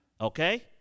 okay